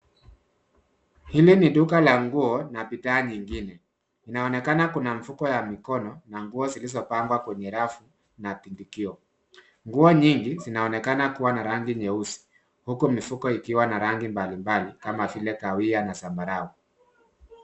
Hili ni duka la nguo na bidhaa nyingine. Inaonekana kuna mfuko ya mikono na nguo zilizopangwa kwenye rafu na tundukio. Nguo nyingi zinaonekana kuwa na rangi nyeusi, huku mifuko ikiwa na rangi mbalimbali, kama vile kahawia na zambarau.